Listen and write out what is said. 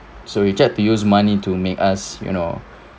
so he tried to use money to make us you know